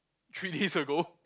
three days ago